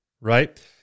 Right